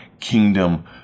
kingdom